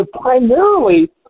primarily